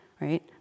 right